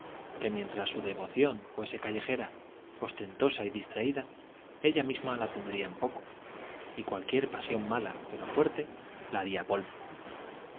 que mientras su devoción fuese callejera ostentosa y distraída ella misma la tendría en poco y cualquier pasión mala pero fuerte la haría polvo